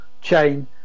chain